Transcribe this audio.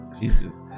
Jesus